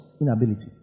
inability